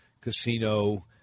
Casino